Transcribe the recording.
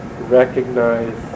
recognize